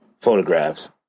photographs